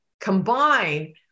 combine